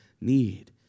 need